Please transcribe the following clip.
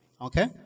Okay